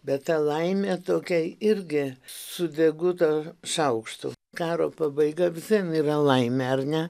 bet ta laimė tokia irgi su deguto šaukštu karo pabaiga vis vien yra laimė ar ne